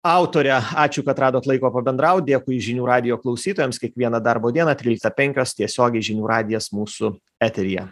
autorė ačiū kad radot laiko pabendraut dėkui žinių radijo klausytojams kiekvieną darbo dieną tryliktą penkios tiesiogiai žinių radijas mūsų eteryje